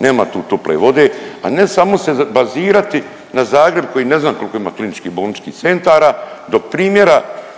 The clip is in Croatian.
nema tu tople vode, a ne samo se bazirati na Zagreb koji ne znam kolko ima KBC-ova, dok primjera